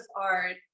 art